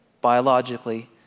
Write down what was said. biologically